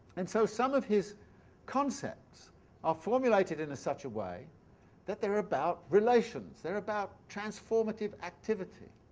and so, some of his concepts are formulated in such a way that they're about relations they're about transformative activity.